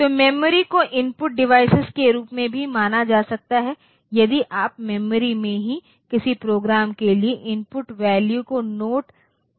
तो मेमोरी को input device के रूप में भी माना जा सकता है यदि आप मेमोरी में ही किसी प्रोग्राम के लिए इनपुट वैल्यू को नोट करते हैं